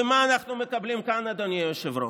ומה אנחנו מקבלים כאן, אדוני היושב-ראש?